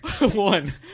One